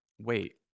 Wait